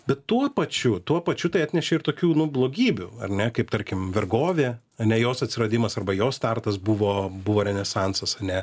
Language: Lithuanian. bet tuo pačiu tuo pačiu tai atnešė ir tokių nu blogybių ar ne kaip tarkim vergovė ane jos atsiradimas arba jos startas buvo buvo renesansas ane